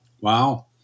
Wow